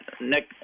Nick